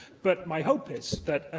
but my hope is that,